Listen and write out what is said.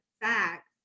facts